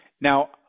now